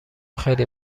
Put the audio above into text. خیلی